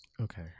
Okay